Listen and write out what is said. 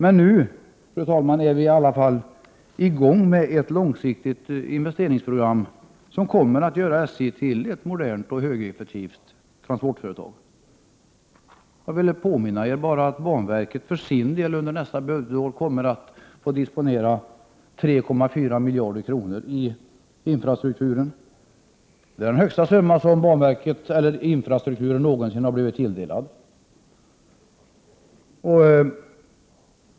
Nu, fru talman, är vi i alla fall i gång med ett långsiktigt investeringsprogram, som kommer att göra SJ till ett modernt och högeffektivt transportföretag. Jag vill bara påminna er om att banverket för sin del under nästa budgetår kommer att få disponera 3,4 miljarder kronor för infrastrukturen. Det är den högsta summa som infrastrukturen någonsin har blivit tilldelad.